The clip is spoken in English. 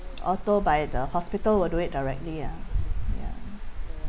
auto by the hospital will do it directly ah ya